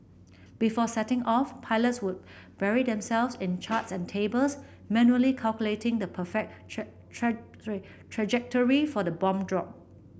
before setting off pilots would bury themselves in charts and tables manually calculating the perfect try try trajectory for the bomb drop